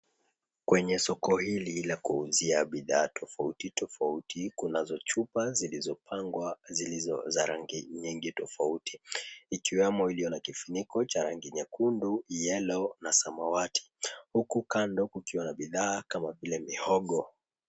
Kwenye soko hili la kuuzia bidhaa tofauti tofauti kunazo chupa zilizo pangwa, zilizo za rangi nyingi tofauti. Ikiwemo iliyo na kifuniko cha rangi nyekundu, yellow na samawati. Huku kando kukiwa na bidhaa kama vile mihogo.